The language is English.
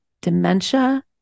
dementia